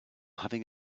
having